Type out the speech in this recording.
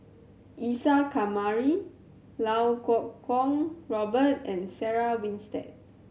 Isa Kamari Lau Kuo Kwong Robert and Sarah Winstedt